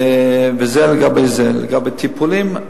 לגבי טיפולים,